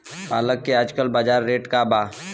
पालक के आजकल बजार रेट का बा?